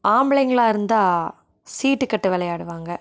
ஆம்பளைங்களா இருந்தால் சீட்டுக்கட்டு விளையாடுவாங்க